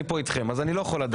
אני פה אתכם, אז אני לא יכול לדעת.